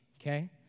okay